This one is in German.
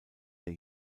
der